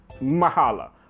mahala